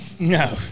No